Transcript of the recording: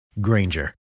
Granger